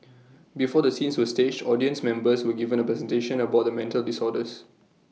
before the scenes were staged audience members were given A presentation about the mental disorders